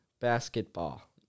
Basketball